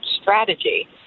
strategy